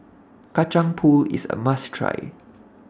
Kacang Pool IS A must Try